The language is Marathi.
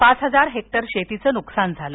पाच हजार हेक्टर शेतीच नुकसान झालं